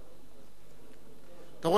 אתה רואה שאני חזיתי את הנולד.